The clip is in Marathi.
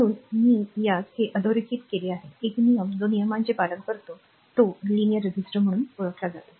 म्हणून मी यास हे अधोरेखित केले आहे एक नियम जो नियमांचे पालन करतो तो रेषीय रजिस्टर म्हणून ओळखला जातो